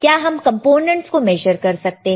क्या हम कंपोनेंट को मेजर कर सकते हैं